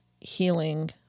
healing